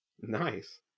Nice